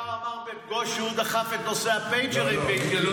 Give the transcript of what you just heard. --- העיקר שהוא אמר ב"פגוש" שהוא דחף את נושא הפייג'רים --- בואו,